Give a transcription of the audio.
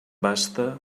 basta